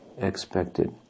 expected